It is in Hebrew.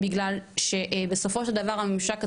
בגלל שבסופו של דבר, הממשק הציבורי,